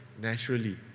naturally